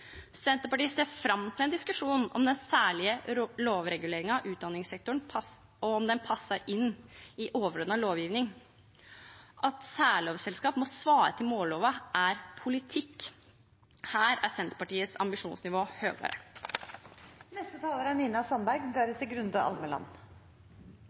Senterpartiet ser fram til ein diskusjon om den særlege lovreguleringa av utdanningssektoren, og om ho passar inn i overordna lovgjeving. At særlovsselskap må svara til mållova, er politikk. Her er